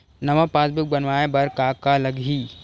नवा पासबुक बनवाय बर का का लगही?